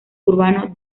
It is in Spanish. urbano